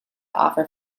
offer